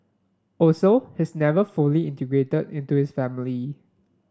also he's never fully integrated into his family